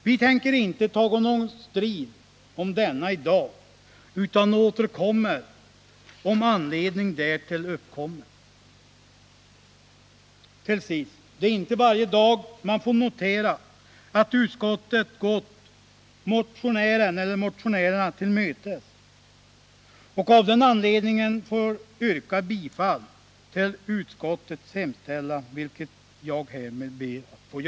Vi tänker inte ta någon strid om motionen i dag, utan återkommer om anledning därtill uppstår. Till sist: Det är inte varje dag som man får notera att utskottet gått motionärer till mötes. Jag ber alltså att få yrka bifall till utskottets förslag.